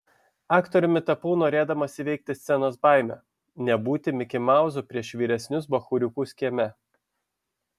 aktoriumi tapau norėdamas įveikti scenos baimę nebūti mikimauzu prieš vyresnius bachūriukus kieme